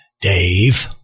dave